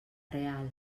real